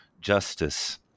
justice